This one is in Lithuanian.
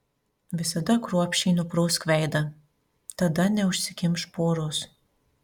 visada kruopščiai nuprausk veidą tada neužsikimš poros